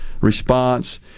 response